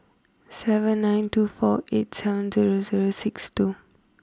seven nine two four eight seven zero zero six two